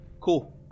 cool